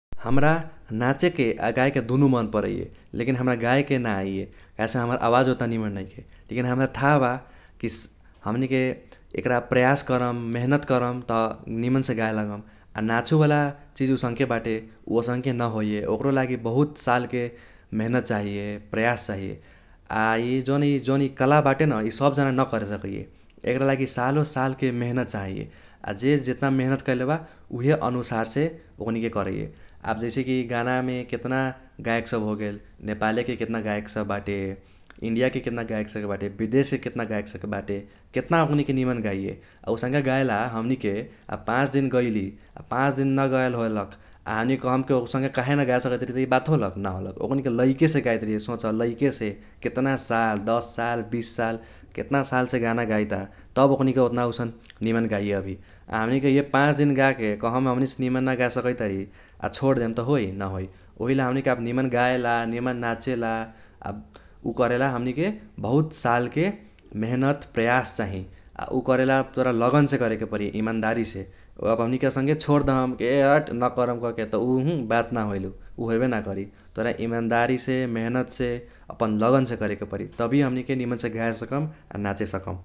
हमरा नाचेके आ गाएके दुनु मन परैये लेकिन हमरा गाएके न आइये काहेसे हमर आवाज ओतना निमन नैखे लेकिन हमरा थाह बा कि हमनीके एकरा प्रयास करम मिहीनेत करम त निमनसे गाए लागम । आ नाचहुवाला चिज उसङ्के बाटे उ असंके न होइये ओकरो लागि बहुत सालके मिहीनेत चाहैये प्रयास चाहैये। आ इ जौन इ जौन इ काला बाटे न इ सब जना न करे सकैये। एकरा लागि सालो सालके मिहीनेत चाहैये आ जे जेतना मिहीनेत कैले बा उहे अनुसारसे ओकनीके करैये। आब जैसे कि गानामे केतना गायक सब होगेल नेपाले के केतना गायक सब बाटे इंडियाके केतना गायक सब बाटे बिदेशके केतना गायक सब बाटे। केतना ओकनीके निमन गाइये आ उसँका गाएला हमनीके आ पाच दिन गैली आ पाच दिन न गाएल होलक आ हमनीके कहम कि औसनका काहे न गाए सकैतारी त इ बात होलक न होलक। ओकनीके लईकेसे गाइत रहैये सोच लईकेसे केतना साल दश बीस साल केतना सालसे गाना गाइता तब ओकनीके ओतना औसन निमन गाइये अभी। आ हमनीके इहे पाच दिन गाके कहम हमनिसे निमन न गाए सकैतारी आ छोर्देम त होइ न होइ ओहिला हमनीके आब निमन गाएला निमन नाचेला आब उ करेला हमनीके बहुत सालके मिहीनेत प्रयास चाही आ उ करेला तोरा लगनसे करेके परि ईमानदारीसे । आब हमनीके असंके छोर्दम ए हट न करम कहके त उ बात न होईल उ। उ होइबे ना करी तोरा ईमानदारीसे मिहीनेतसे अपन लगनसे करेके परि तभि हमनीके निमनसे गाए सकम आ नाचे सकम।